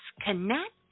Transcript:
connect